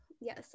yes